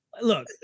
Look